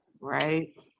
right